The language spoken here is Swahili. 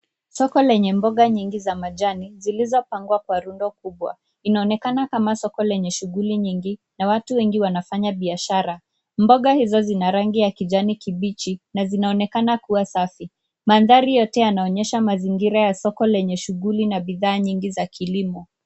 Soko lenye mboga nyingi za majani zilipangwa rundo kubwa. Inaonekana kama soko lenye shughuli nyingi na watu wengi wanafanya biashara. Mboga hizo zina rangi ya kijani kibichi na zinaonekana kuwa safi. Mandhari yote yanaonyesha mazingira ya soko lenye shughuli na bidhaa nyingi za kilimo.